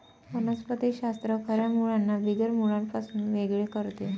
वनस्पति शास्त्र खऱ्या मुळांना बिगर मुळांपासून वेगळे करते